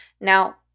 Now